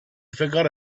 forgot